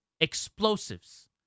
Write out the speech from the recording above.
explosives